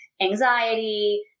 anxiety